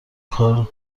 کار